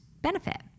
Benefit